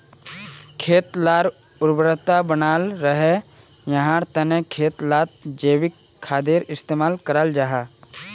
खेत लार उर्वरता बनाल रहे, याहार तने खेत लात जैविक खादेर इस्तेमाल कराल जाहा